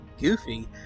goofy